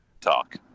Talk